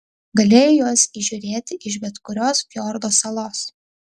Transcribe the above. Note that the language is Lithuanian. galėjai juos įžiūrėti iš bet kurios fjordo salos